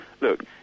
look